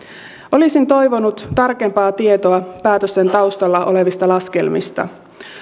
olisin toivonut tarkempaa tietoa päätösten taustalla olevista laskelmista